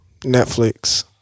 Netflix